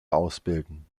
ausbilden